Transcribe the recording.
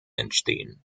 entstehen